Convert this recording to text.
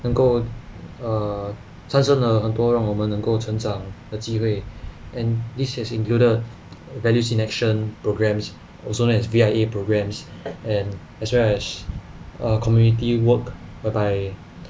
能够 err 产生了很多让我们能够成长的机会 and this has included values in action programmes also known as V_I_A programmes and as well as err community work whereby